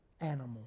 animal